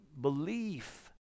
belief